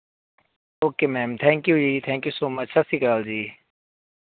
okay ma'am thank you ਜੀ thank you so much ਸਤਿ ਸ਼੍ਰੀ ਅਕਾਲ ਜੀ